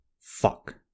Fuck